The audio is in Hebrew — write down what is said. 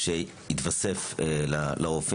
תסביר, מבחינה לימודית.